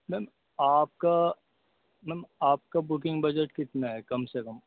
میم آپ کا میم آپ کا بکنگ بجٹ کتنا ہے کم سے کم